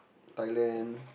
Thailand